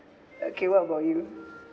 okay what about you